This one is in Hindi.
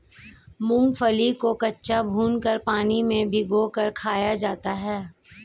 मूंगफली को कच्चा, भूनकर, पानी में भिगोकर खाया जाता है